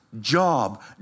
job